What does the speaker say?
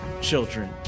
children